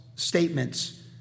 statements